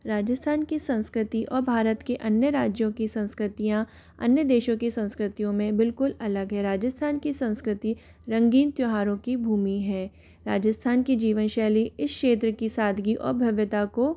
राजस्थान की संस्कृति और भारत के अन्य राज्यों की संस्कृतियां अन्य देशों के संस्कृतियों में बिल्कुल अलग है राजस्थान की संस्कृति रंगीन त्यौहारों की भूमि है राजस्थान की जीवनशैली इस क्षेत्र की सादगी और भव्यता को